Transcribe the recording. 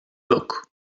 book